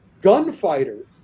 gunfighters